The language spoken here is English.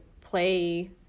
play